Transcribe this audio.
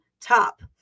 top